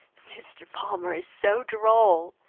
mr. palmer is so droll!